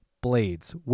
Blades